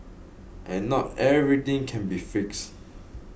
and not everything can be fixed